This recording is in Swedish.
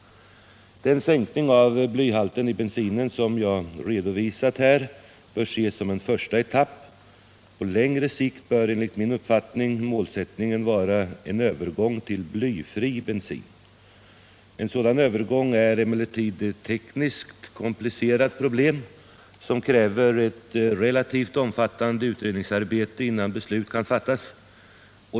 Den sänkning av blyhalten i bensinen som jag redovisat här bör ses som en första etapp. På längre sikt bör enligt min uppfattning målsättningen vara en övergång till blyfri bensin. En sådan övergång är emellertid ett tekniskt komplicerat problem som kräver ett relativt omfattande utredningsarbete innan beslut kan fattas.